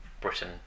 Britain